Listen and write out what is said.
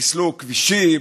חיסלו כבישים